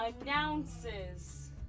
announces